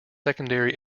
secondary